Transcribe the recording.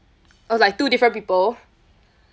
I was like two different people